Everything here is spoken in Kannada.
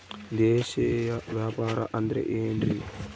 ದೇಶೇಯ ವ್ಯಾಪಾರ ಅಂದ್ರೆ ಏನ್ರಿ?